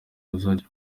ruzajya